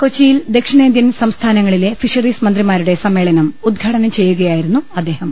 കൊച്ചി യിൽ ദക്ഷിണേന്ത്യൻ സംസ്ഥാനങ്ങളിലെ ഫിഷറീസ് മന്ത്രിമാരുടെ സമ്മേ ളനം ഉദ്ഘാടനം ചെയ്യുകയായിരുന്നു അദ്ദേഹം